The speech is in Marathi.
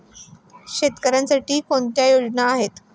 शेतकऱ्यांसाठी कोणत्या योजना आहेत?